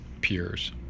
peers